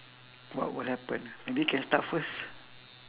what will happen maybe you can start first